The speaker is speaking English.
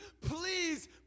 please